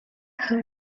her